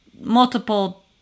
multiple